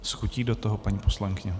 S chutí do toho, paní poslankyně.